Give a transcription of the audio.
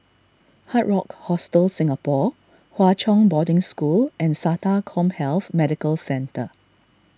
Hard Rock Hostel Singapore Hwa Chong Boarding School and Sata CommHealth Medical Centre